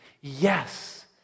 yes